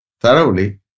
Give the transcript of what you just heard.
thoroughly